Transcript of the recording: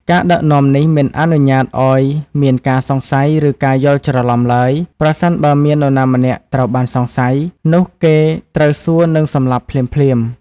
ការដឹកនាំនេះមិនអនុញ្ញាតឱ្យមានការសង្ស័យឬការយល់ច្រឡំឡើយ ប្រសិនបើមាននរណាម្នាក់ត្រូវបានសង្ស័យ នោះគេត្រូវសួរនិងសម្លាប់ភ្លាមៗ។